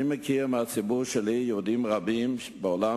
אני מכיר יהודים רבים מהציבור שלי בעולם